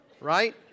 right